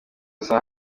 saa